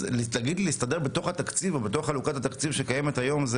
אז להסתדר בתוך התקציב וחלוקת התקציב שקיימת היום?